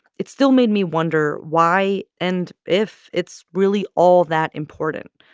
it still made me wonder why and if it's really all that important.